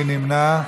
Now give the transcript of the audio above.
מי נמנע?